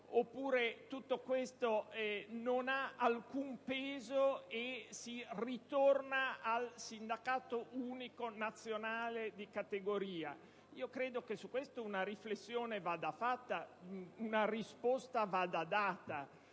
oppure tutto questo non ha alcun peso e si ritorna al sindacato unico nazionale di categoria? Credo che su questo aspetto una riflessione attenta vada fatta e che una risposta vada data.